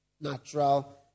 natural